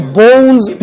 bones